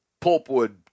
pulpwood